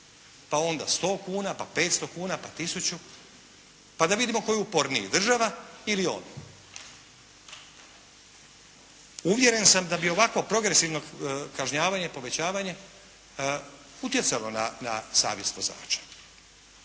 pa onda 100 kuna, pa 500 kuna, pa tisuću. Pa da vidimo tko je uporniji, država ili on. Uvjeren sam da bi ovakvo progresivno kažnjavanje, povećanje utjecalo na savjest vozača.